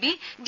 B D